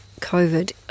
COVID